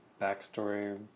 backstory